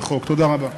תודה רבה.